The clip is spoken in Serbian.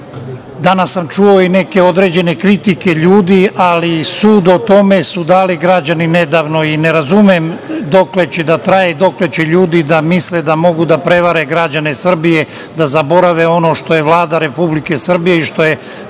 danas sam čuo i neke određene kritike ljudi, ali sud o tome su dali građani nedavno i ne razumem dokle će da traje i dokle će ljudi da misle da mogu da prevare građane Srbije da zaborave ono što je Vlada Republike Srbije i što je